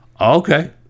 okay